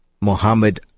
Mohammed